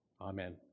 Amen